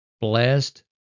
blessed